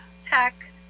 tech